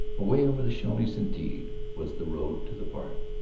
away over the shoshones, indeed, was the road to the park,